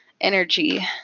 energy